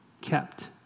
kept